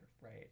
right